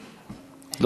פוליטיקה.